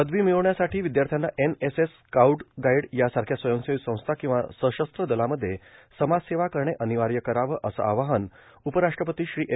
पदवी मिळवण्यासाठी विदयाथ्याना एनएसएस स्काऊट आर्ण गाईड यासारख्या स्वयंसेवी संस्था कंवा सशस्त्र दलामध्ये समाजसेवा करणे र्आनवाय करावं असं आवाहन उपराष्ट्रपती श्री एम